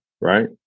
right